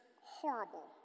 horrible